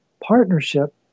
partnership